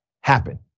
happen